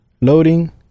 loading